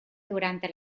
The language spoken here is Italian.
durante